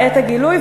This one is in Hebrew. בעת הגילוי,